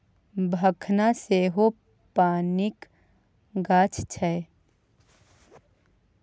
भखना सेहो पानिक गाछ छै